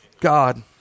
God